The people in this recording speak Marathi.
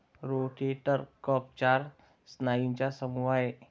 रोटेटर कफ चार स्नायूंचा समूह आहे